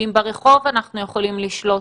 ואם ברחוב אנחנו יכולים לשלוט,